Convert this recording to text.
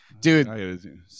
Dude